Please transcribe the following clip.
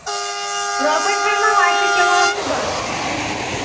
رۄپَے کھٔنٛڈ مہ وَسہِ کِلوٗوَس تہٕ بَس